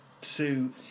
two